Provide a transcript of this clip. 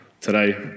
today